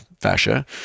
fascia